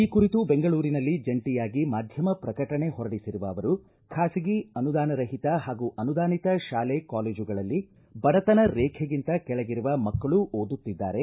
ಈ ಕುರಿತು ಬೆಂಗಳೂರಿನಲ್ಲಿ ಜಂಟಿಯಾಗಿ ಮಾಧ್ಯಮ ಪ್ರಕಟಣೆ ಹೊರಡಿಸಿರುವ ಅವರು ಖಾಸಗಿ ಅನುದಾನ ರಹಿತ ಹಾಗೂ ಅನುದಾನಿತ ಶಾಲೆ ಕಾಲೇಜುಗಳಲ್ಲಿ ಬಡತನ ರೇಖೆಗಿಂತ ಕೆಳಗಿರುವ ಮಕ್ಕಳೂ ಓದುತ್ತಿದ್ದಾರೆ